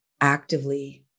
actively